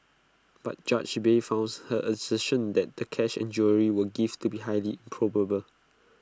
but judge bay her assertion that the cash and jewellery were gifts to be highly improbable